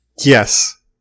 yes